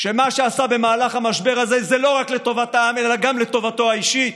מה שעשה במהלך המשבר הזה זה לא רק לטובת עם אלא גם לטובתו האישית,